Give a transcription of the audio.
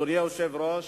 אדוני היושב-ראש,